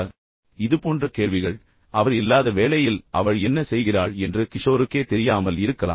எனவே கிஷோர் போன்ற இதுபோன்ற கேள்விகள் அவர் இல்லாத வேளையில் அவள் என்ன செய்கிறாள் என்று கிஷோருக்கே தெரியாமல் இருக்கலாம்